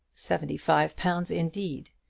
seventy-five pounds indeed!